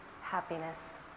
happiness